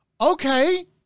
okay